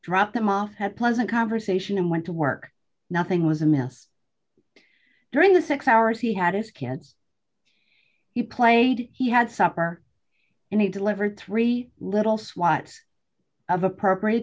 dropped them off had pleasant conversation and went to work nothing was a mess during the six hours he had his kids he played he had supper and he delivered three little swats of appropriate